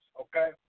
Okay